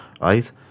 right